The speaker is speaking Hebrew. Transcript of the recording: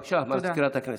בבקשה, סגנית מזכירת הכנסת.